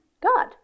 God